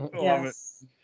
Yes